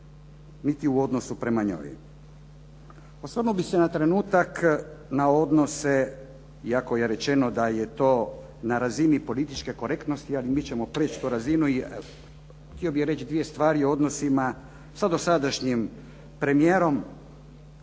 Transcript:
niti u odnosu prema njoj. Pa samo bi se na trenutak na odnose, iako je rečeno da je to na razini političke korektnosti, ali mi ćemo prijeći tu razinu i htio bih reći dvije stvari o odnosima sa dosadašnjim premijerom,